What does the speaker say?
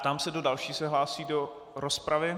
Ptám se, kdo další se hlásí do rozpravy.